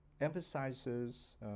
emphasizes